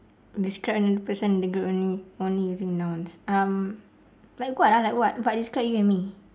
describe another person in the group only only using nouns um like what ah like what like describe you and me